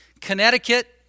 Connecticut